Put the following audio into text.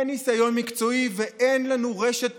אין ניסיון מקצועי ואין לנו רשת